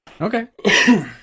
Okay